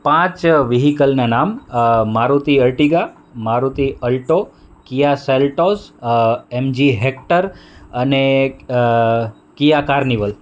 પાંચ વિહીકલના નામ Maruti Ertiga Maruti Alto Kia Seltos MG Hector અને કિયા કાર્નિવલ